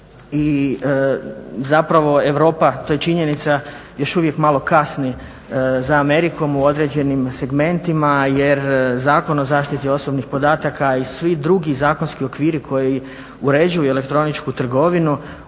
i zapravo Europa, to je činjenica, još uvijek malo kasni za Amerikom u određenim segmentima jer Zakon o zaštiti osobnih podataka i svi drugi zakonski okviri koji uređuju elektroničku trgovinu